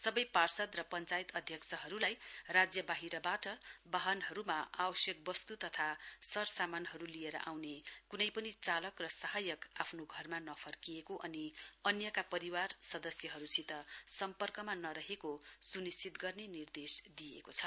सबै पार्षद् र पश्चायत अध्यक्षहरूलाई राज्य बाहिरबाट वाहनहरूमा आवश्यक वस्तु तथा सरसामानहरू लिएर आउने कुनै पनि चालक र सहायक आफ्नो घरमा नफर्किएको अनि अन्यका परिवार सदस्यहरूसित सम्पर्कमा नरहेको सुनिश्चित गर्ने निर्देश दिइएको छ